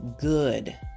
good